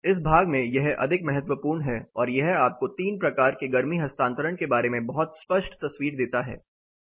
इस भाग में यह अधिक महत्वपूर्ण है और यह आपको 3 प्रकार के गर्मी स्थानांतरण के बारे में बहुत स्पष्ट तस्वीर देता है